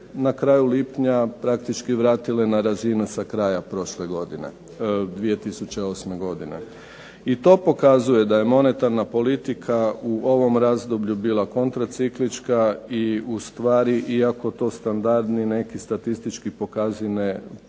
na kraju lipnja praktički vratile na razine sa kraja 2008. godine. I to pokazuje da je monetarna politika u ovom razdoblju bila kontraciklička i ustvari ako to standardni neki statistički podaci ne